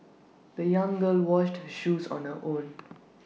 the young girl washed her shoes on her own